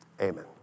Amen